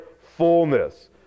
fullness